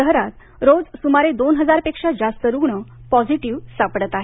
शहरात रोज स्मारे दोन हजार पेक्षा जास्त रुग्ण पॉझिटिव्ह सापडत आहेत